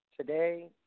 today